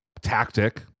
tactic